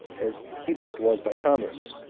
as egypt was by commerce,